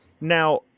Now